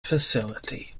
facility